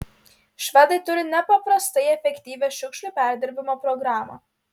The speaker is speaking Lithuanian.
švedai turi nepaprastai efektyvią šiukšlių perdirbimo programą